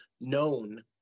known